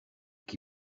qui